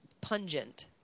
pungent